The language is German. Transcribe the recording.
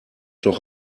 doch